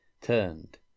turned